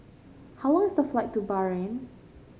how long is the flight to Bahrain